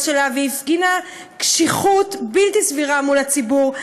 שלה והפגינה קשיחות בלתי סבירה מול הציבור.